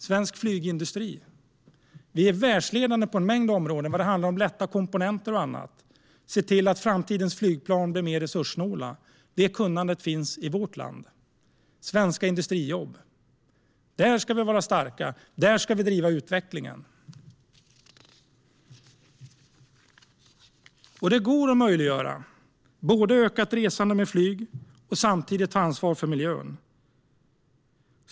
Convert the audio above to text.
Svensk flygindustri är världsledande på en mängd områden, bland annat lätta komponenter och att se till att framtidens flygplan blir mer resurssnåla. Det kunnandet finns i vårt land. Det är fråga om svenska industrijobb. Där ska vi vara starka, och där ska vi driva utvecklingen. Det är möjligt att öka resandet med flyg och samtidigt ta ansvar för miljön.